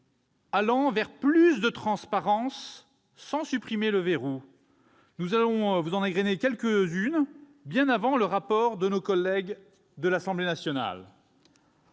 allant vers plus de transparence, sans supprimer le verrou. Nous allons en égrener quelques-unes, bien avant le rapport de nos collègues de l'Assemblée nationale.